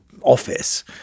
office